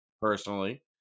Personally